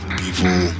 people